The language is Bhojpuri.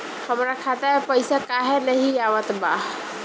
हमरा खाता में पइसा काहे ना आवत बा?